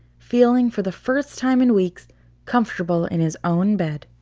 feeling for the first time in weeks comfortable in his own bed.